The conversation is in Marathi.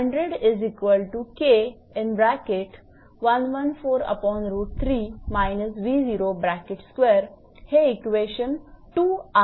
हे इक्वेशन 2 आहे